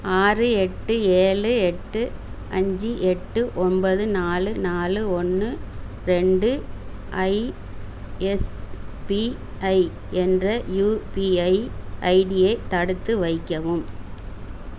ஆறு எட்டு ஏழு எட்டு அஞ்சு எட்டு ஒன்பது நாலு நாலு ஒன்று ரெண்டு ஐஎஸ்பிஐ என்ற யுபிஐ ஐடியை தடுத்து வைக்கவும்